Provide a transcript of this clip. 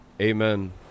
Amen